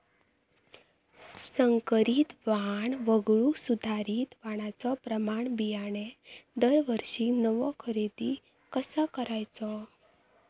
संकरित वाण वगळुक सुधारित वाणाचो प्रमाण बियाणे दरवर्षीक नवो खरेदी कसा करायचो?